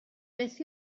beth